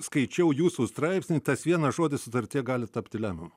skaičiau jūsų straipsnį tas vienas žodis sutartyje gali tapti lemiamu